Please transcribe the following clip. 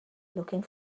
looking